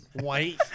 white